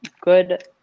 good